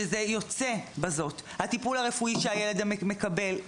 הטיפול הרפואי שהילד מקבל,